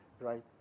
Right